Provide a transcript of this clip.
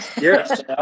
Yes